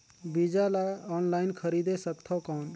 बीजा ला ऑनलाइन खरीदे सकथव कौन?